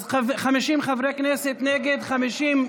אז 50 חברי כנסת נגד, 50,